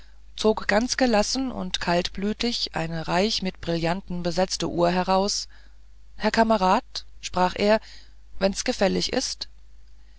zog ganz gelassen und kaltblütig eine reich mit brillanten besetzte uhr heraus herr kamerad sprach er wenn's gefällig ist